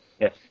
Yes